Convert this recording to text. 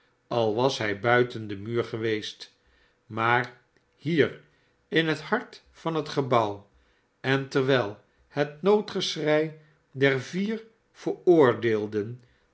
al was hij buiten den muur geweest maar hier in het hart van het gebouw en terwijl het noodgeschrei der vier